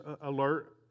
alert